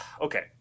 okay